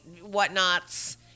whatnots